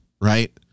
right